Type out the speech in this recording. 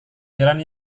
jalan